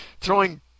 throwing